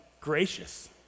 gracious